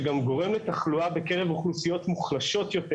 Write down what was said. זה גורם לתחלואה בקרב אוכלוסיות מוחלשות יותר